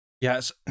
yes